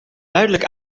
duidelijk